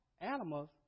animals